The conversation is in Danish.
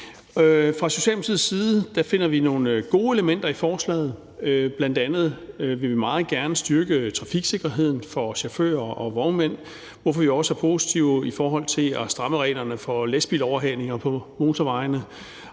Fra Socialdemokratiets side finder vi, at der er nogle gode elementer i forslaget. Bl.a. vil vi meget gerne styrke trafiksikkerheden for chauffører og vognmænd, hvorfor vi også er positive i forhold til at stramme reglerne for lastbiloverhalinger på motorvejene,